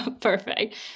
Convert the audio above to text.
Perfect